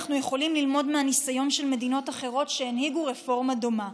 אנחנו יכולים ללמוד מהניסיון של מדינות אחרות שהנהיגו רפורמה דומה.